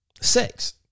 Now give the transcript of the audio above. Sex